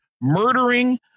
murdering